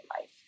life